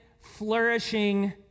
flourishing